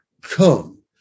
come